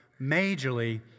majorly